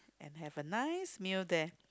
and have a nice meal there